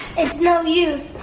it's no use,